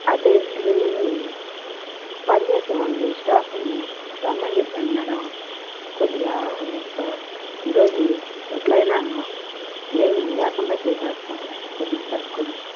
అదే వీళ్ళు పనిచేసే వాళ్ళు స్టాఫ్ని రమ్మని చెప్పాను మేడం కొద్దిగా ఒక ఈరోజు ఎట్లయినా ఏమి లేకుండా చేసేస్తాములేండి కొద్దిగా సర్దుకోండి